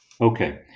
Okay